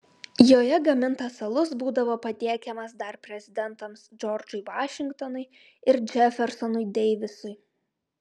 joje gamintas alus būdavo patiekiamas dar prezidentams džordžui vašingtonui ir džefersonui deivisui